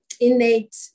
innate